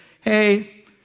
Hey